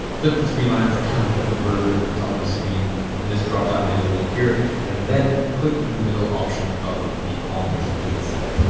click the three lines that kind of look like a burger at the top of the screen and this dropdown menu will appear and then click in the middle option of the column, which is business settings.